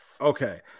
Okay